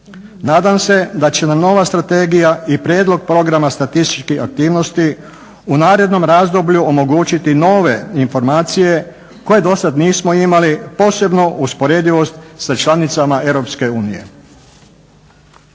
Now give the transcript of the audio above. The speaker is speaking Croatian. Nadam se da će nam nova Strategija i Prijedlog programa statističkih aktivnosti u narednom razdoblju omogućiti nove informacije koje do sada nismo imali. Posebno usporedivost sa članicama Europske unije.